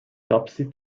topsy